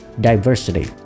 Diversity